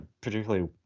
particularly